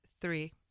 three